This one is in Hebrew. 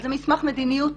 הרי זה מסמך מדיניות